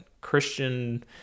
Christian